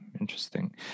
interesting